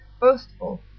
boastful